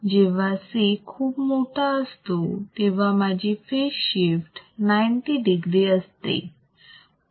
जेव्हा C खूप मोठा असतो तेव्हा माझी फेज शिफ्ट 90 degree असते